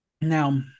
Now